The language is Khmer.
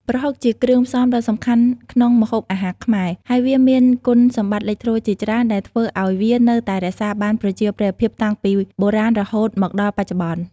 ប្រហុក ជាគ្រឿងផ្សំដ៏សំខាន់ក្នុងម្ហូបអាហារខ្មែរ ហើយវាមានគុណសម្បត្តិលេចធ្លោជាច្រើនដែលធ្វើឱ្យវានៅតែរក្សាបានប្រជាប្រិយភាពតាំងពីបុរាណរហូតមកដល់បច្ចុប្បន្ន។